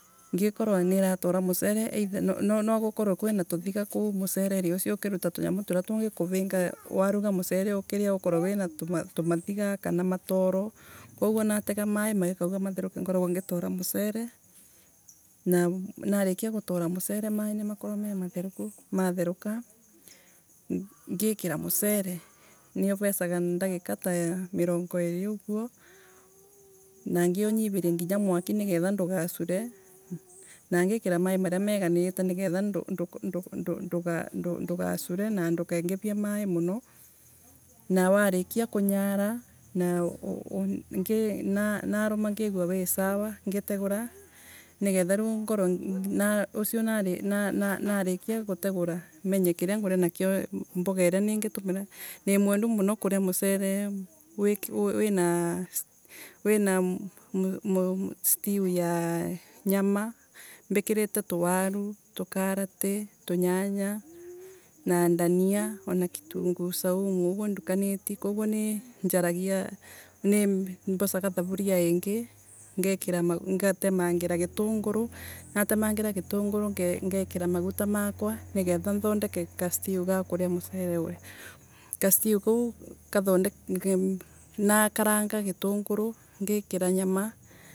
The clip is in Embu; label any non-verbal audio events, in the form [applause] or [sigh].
ngikorwa niratora mucere either nagukorwe kwina tuthiga mucereri ucio ukiruta tunyamu turia tungikuvinga waruga mucere ukiruga ukiria ukorwe winatumathiga kana matoro. koguo natega maii ngoragwa ngitora mucere. Nanarikia gutora mucere; ma ii nimakorwa mematheruku, matheruka ngikira mucere. Niuvesaga ndagika ta mirongo iiri uguo nangiunyiriria nginya mwaki nigetha ndugacure, na ngikira maii maria meganirite ningetha ndugacure na ndukengirie maii muno, na warikia kunyiara. naruma negua wi sawa [hesitation] ngitegura nigetha ngorwe riu ucio na rikia gutegura menye kiria nguria nakyo; mboga iria ningitumira. Nimwendu muno kuria mucere wina [hesitation] wina stew ya nyama mbikirite tuwaru tukarati, tunyanya, dania ana gitunguu saumu rimwe ndukanitie, koguo nijaragia ni [hesitation] ni mbocaga thavuria ingi ngatemangira gitunguruu natemangira gitunguruu ngekira maguta makwa nigetha nthondeke ga kuria mucere wakwa. Kastew kau kathondeketwe nakarangwa gitunguruu, ngikia nyama